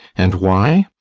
and why?